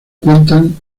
cuentan